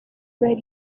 were